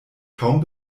kaum